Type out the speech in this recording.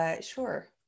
Sure